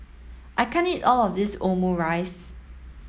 I can't eat all of this Omurice